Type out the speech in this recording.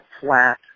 flat